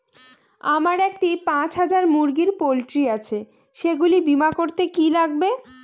আমার একটি পাঁচ হাজার মুরগির পোলট্রি আছে সেগুলি বীমা করতে কি লাগবে?